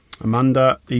Amanda